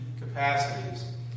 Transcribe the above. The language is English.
capacities